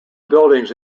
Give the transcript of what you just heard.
buildings